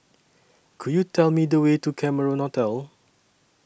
Could YOU Tell Me The Way to Cameron Hotel